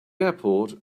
airport